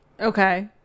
okay